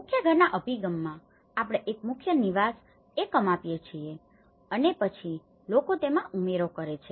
મુખ્ય ઘરના અભિગમમાં આપણે એક મુખ્ય નિવાસ એકમ આપીએ છીએ અને પછી લોકો તેમાં ઉમેરો કરે છે